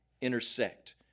intersect